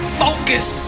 focus